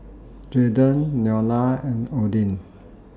Jaydon Nolia and Odin